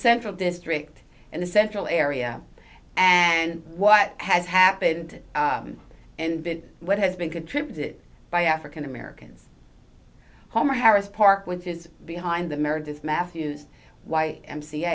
central district and the central area and what has happened and what has been contributed by african americans homer harris park which is behind the meredith matthews y m c